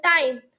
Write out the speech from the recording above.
time